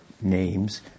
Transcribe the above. names